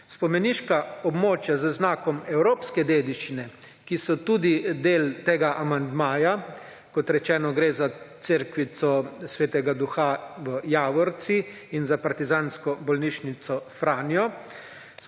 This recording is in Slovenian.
Spomeniška območja z znakom evropske dediščine, ki so tudi del tega amandmaja kot rečeno gre za cerkvico Sv. Duha v Javorcih in za Partizansko bolnišnico Franjo